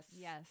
Yes